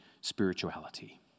spirituality